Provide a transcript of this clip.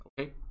okay